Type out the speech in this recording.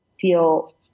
feel